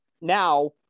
now